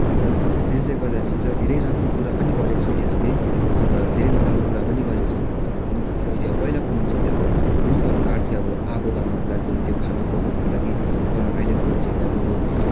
अन्त त्यसैले गर्दा फेरि चाहिँ धेरै राम्रो कुरा पनि गरेको छ ग्यासले अन्त धेरै नराम्रो कुरा पनि गरेको छ त्यो भनौँ भन्दा फेरि पहिलाको मान्छेले अब रुखहरू काट्थे अब आगो बाल्नुको लागि त्यो खाना पकाउनको लागि तर अहिलेको मान्छेहरूले अब